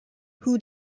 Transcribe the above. who